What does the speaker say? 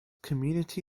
community